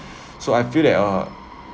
so I feel that uh